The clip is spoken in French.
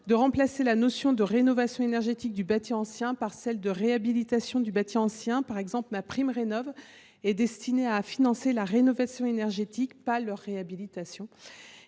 de remplacer la notion de rénovation énergétique du bâti ancien par celle de réhabilitation du bâti ancien. MaPrimeRénov’, par exemple, est destinée à financer la rénovation énergétique, et non la réhabilitation.